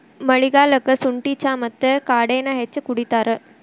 ಮಳಿಗಾಲಕ್ಕ ಸುಂಠಿ ಚಾ ಮತ್ತ ಕಾಡೆನಾ ಹೆಚ್ಚ ಕುಡಿತಾರ